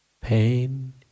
Pain